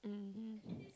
mmhmm